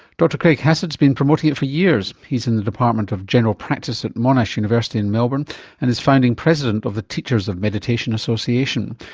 dr craig hassed's been promoting it for years. he's in the department of general practice at monash university in melbourne and is founding president of the teachers of meditation association.